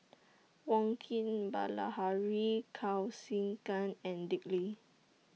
Wong Keen Bilahari Kausikan and Dick Lee